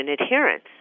adherence